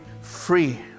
free